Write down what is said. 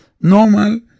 normal